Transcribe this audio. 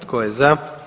Tko je za?